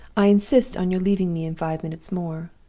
i insist on your leaving me in five minutes more.